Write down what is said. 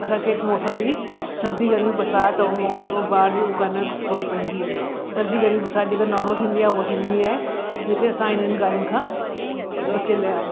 असांखे हिते मौसम जी सर्दी गर्मी बरसाति ऐं बाढ़ जूं कान ख़बरु पवंदी आहे सर्दी गर्मी बरसाति जेका नोर्मल थींदी आहे ऐं थींदी आहे लेकिन असां हिननि ॻाल्हियुनि खां बचियलु आहियूं